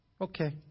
Okay